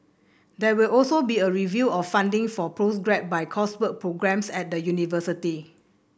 there will also be a review of funding for postgraduate by coursework programmes at the university